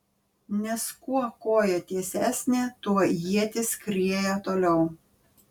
nes kuo koja tiesesnė tuo ietis skrieja toliau